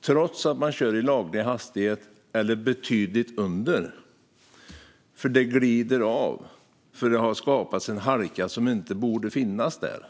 trots att de körs i laglig hastighet eller betydligt under den. Bilen glider av då det har skapats en halka som inte borde finnas där.